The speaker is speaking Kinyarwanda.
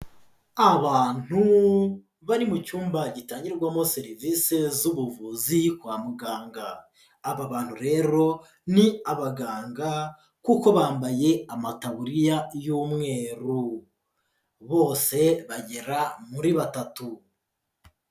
Abantu bari mu cyumba gitangirwamo serivisi z'ubuvuzi kwa muganga, aba bantu rero ni abaganga kuko bambaye amataburiya y'umweru, bose bagera muri batatu.